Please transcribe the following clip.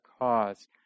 cause